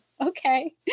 Okay